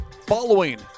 following